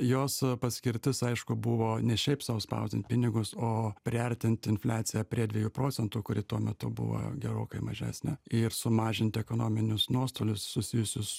jos paskirtis aišku buvo ne šiaip sau spausdint pinigus o priartint infliaciją prie dviejų procentų kuri tuo metu buvo gerokai mažesnė ir sumažint ekonominius nuostolius susijusius